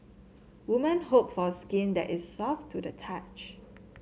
women hope for skin that is soft to the touch